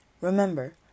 remember